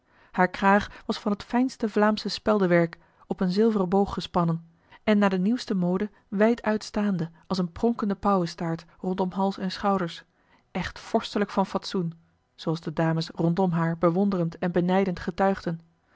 haar kraag was van het fijnste vlaamsche speldewerk op een zilveren boog gespannen en naar de nieuwste mode wijduitstaande als een pronkende pauwestaart rondom hals en schouders echt vorstelijk van fatsoen zooals de dames rondom haar bewonderend en benijdend getuigden